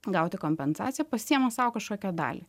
gauti kompensaciją pasiima sau kažkokią dalį